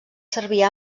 servir